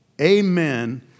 amen